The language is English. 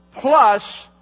plus